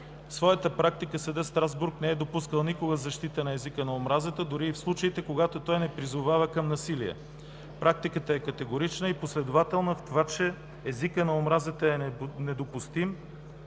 своята практика съдът в Страсбург не е допускал никога защита на езика на омразата, дори и в случаите, когато той не призовава към насилие. Практиката е категорична и последователна в това, че езикът на омразата е недопустим